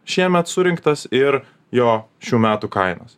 šiemet surinktas ir jo šių metų kainos